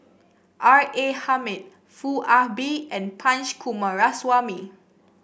R A Hamid Foo Ah Bee and Punch Coomaraswamy